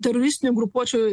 teroristinių grupuočių